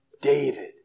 David